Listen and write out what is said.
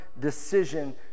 decision